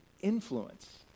influence